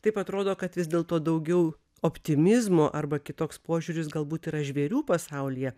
taip atrodo kad vis dėlto daugiau optimizmo arba kitoks požiūris galbūt yra žvėrių pasaulyje